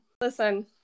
Listen